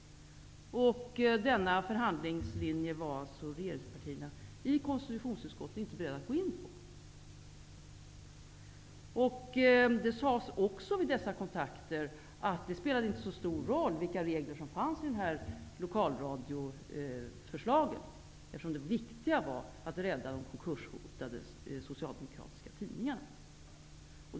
Denna förhandlingslinje var regeringspartiernas representanter i KU inte beredda att gå med på. Det sades också vid dessa kontakter att det inte spelade så stor roll vilka regler som fanns i lokalradioförslaget, eftersom det viktiga var att rädda de konkurshotade socialdemokratiska tidningarna.